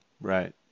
Right